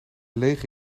leeg